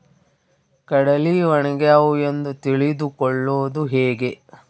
ಕಡಲಿ ಒಣಗ್ಯಾವು ಎಂದು ತಿಳಿದು ಕೊಳ್ಳೋದು ಹೇಗೆ?